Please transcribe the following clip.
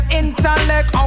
intellect